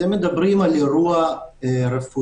אתם מדברים על אירוע רפואי.